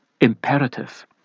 imperative